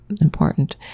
important